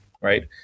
right